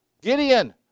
Gideon